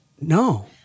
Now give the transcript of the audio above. No